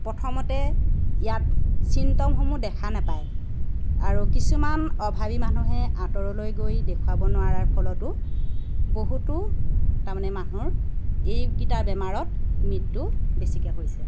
প্ৰথমতে ইয়াত ছিন্থমসমূহ দেখা নেপায় আৰু কিছুমান অভাৱী মানুহে আঁতৰলৈ গৈ দেখুৱাব নোৱাৰাৰ ফলতো বহুতো তাৰমানে মানুহৰ এইকেইটা বেমাৰত মৃত্যু বেছিকৈ হৈছে